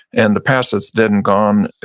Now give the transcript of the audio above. and the past that's then gone,